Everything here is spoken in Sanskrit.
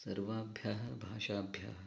सर्वाभ्यः भाषाभ्यः